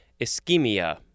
ischemia